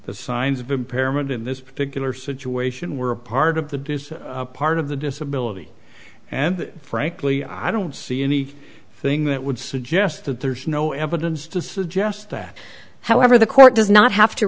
the signs of impairment in this particular situation were a part of the part of the disability and frankly i don't see any thing that would suggest that there's no evidence to suggest that however the court does not have to